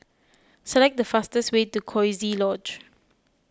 select the fastest way to Coziee Lodge